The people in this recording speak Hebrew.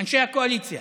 אנשי הקואליציה